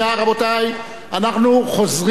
רבותי, אנחנו חוזרים